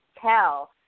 tell